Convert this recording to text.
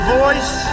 voice